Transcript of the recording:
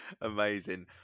Amazing